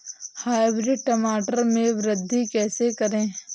Hybrid टमाटर में वृद्धि कैसे करें?